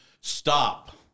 stop